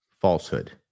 falsehood